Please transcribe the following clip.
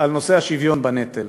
על נושא השוויון בנטל,